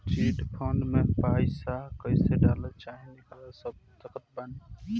Chit fund मे पईसा कईसे डाल चाहे निकाल सकत बानी?